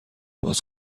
باز